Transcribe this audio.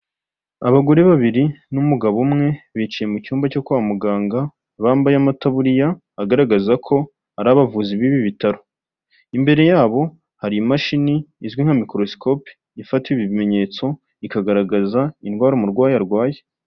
Abagore babiri n'umugabo umwe bicaye mu cyumba cyo kwa muganga, bambaye amataburiya agaragaza ko hari abavuzi b'ibi bitaro, imbere yabo hari imashini izwi nka mikrosikopi ifata ibimenyetso ikagaragaza indwara umurwayi arwaye.